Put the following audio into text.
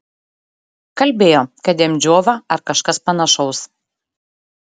kalbėjo kad jam džiova ar kažkas panašaus